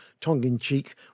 tongue-in-cheek